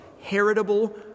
heritable